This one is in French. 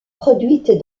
produites